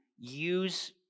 use